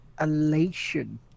elation